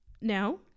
Now